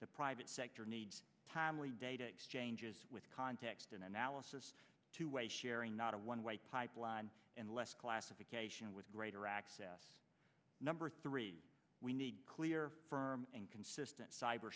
the private sector needs timely data exchanges with context and analysis two way sharing not a one way pipeline and less classification with greater access number three we need clear firm and consistent cyber